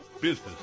Business